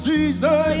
Jesus